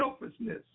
selfishness